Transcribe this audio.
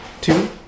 two